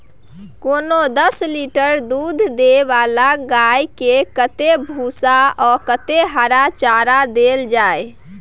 कोनो दस लीटर दूध दै वाला गाय के कतेक भूसा आ कतेक हरा चारा देल जाय?